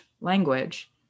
language